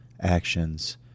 actions